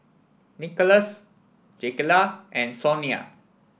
Nikolas Jakayla and Sonya